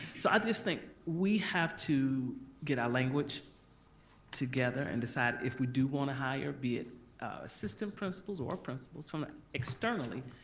so i just think we have to get our language together and decide if we do wanna hire, be it assistant principals or principals from externally,